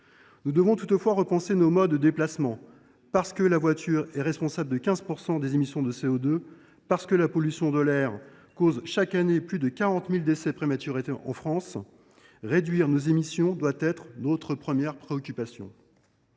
Nous devons toutefois repenser nos modes de déplacement, parce que la voiture est responsable de 15 % des émissions de CO2 et parce que la pollution de l’air cause chaque année plus de 40 000 décès prématurés en France. Réduire nos émissions de gaz à effet de serre doit donc